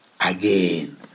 again